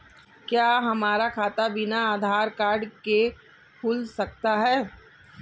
क्या हमारा खाता बिना आधार कार्ड के खुल सकता है?